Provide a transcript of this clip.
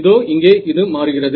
இதோ இங்கே இது மாறுகிறது